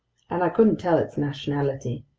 and i couldn't tell its nationality.